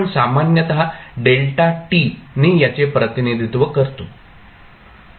आपण सामान्यत δ ने याचे प्रतिनिधित्व करतो